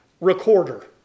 recorder